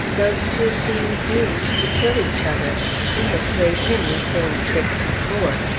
those two seem doomed to kill each other. she had played him the same trick before.